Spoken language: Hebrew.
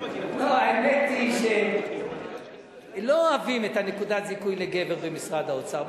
האמת היא שלא אוהבים את נקודת הזיכוי לגבר במשרד האוצר.